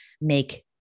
make